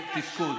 לתפקוד.